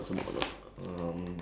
ya that's why